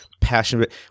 passionate